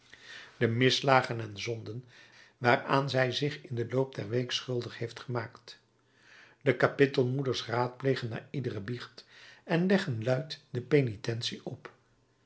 de misslagen en zonden waaraan zij zich in den loop der week schuldig heeft gemaakt de kapittelmoeders raadplegen na iedere biecht en leggen luid de penitentie op